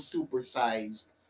Supersized